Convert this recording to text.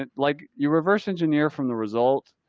and like you reverse engineer from the result,